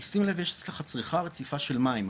תשים לב יש אצלך צריכה רציפה של מים,